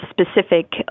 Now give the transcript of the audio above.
specific